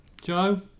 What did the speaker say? Joe